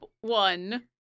one